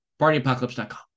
PartyApocalypse.com